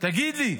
תגיד לי,